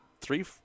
three